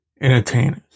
Entertainers